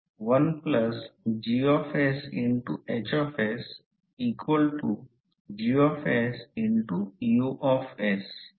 आणि fringing effect air गॅपच्या लांबीसह वाढतो म्हणजे याचा अर्थ असा आहे की ते लांबीवर अवलंबून आहे